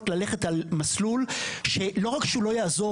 ללכת על מסלול שלא רק שהוא לא יעזור,